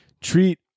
treat